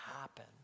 happen